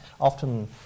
often